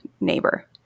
neighbor